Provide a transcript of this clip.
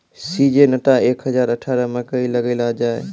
Syngenta एक हजार अठारह मकई लगैलो जाय?